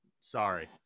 sorry